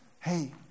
Hey